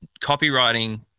copywriting